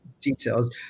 details